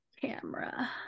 camera